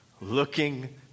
looking